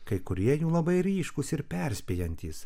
kai kurie jų labai ryškūs ir perspėjantys